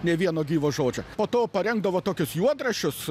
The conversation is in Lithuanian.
nė vieno gyvo žodžio po to parengdavo tokius juodraščius